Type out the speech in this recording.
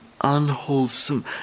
unwholesome